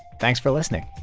thanks for listening